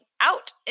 out